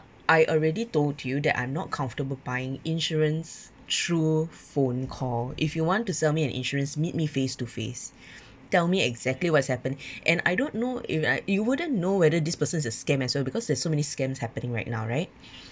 I already told you that I'm not comfortable buying insurance through phone call if you want to sell me an insurance meet me face to face tell me exactly what is happened and I don't know if like you wouldn't know whether this person is a scam as well because there is so many scams happening right now right